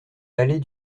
allée